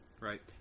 Right